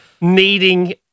needing